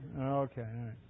Okay